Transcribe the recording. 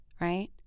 right